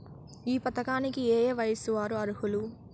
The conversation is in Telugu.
ఈ పథకానికి ఏయే వయస్సు వారు అర్హులు?